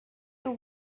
too